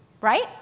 right